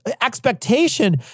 expectation